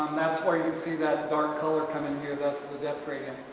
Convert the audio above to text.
that's where you can see that dark color come in here that's the depth gradient.